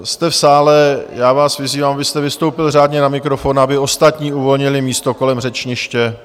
Jste v sále, já vás vyzývám, abyste vystoupil řádně na mikrofon a aby ostatní uvolnili místo kolem řečniště.